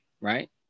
right